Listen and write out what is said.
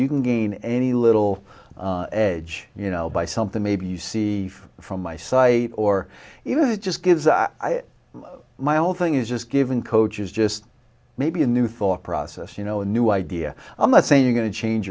you can gain any little edge you know by something maybe you see from my site or even it just gives my whole thing is just given coach is just maybe a new thought process you know a new idea i'm not saying you're going to change